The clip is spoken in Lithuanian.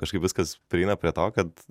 kažkaip viskas prieina prie to kad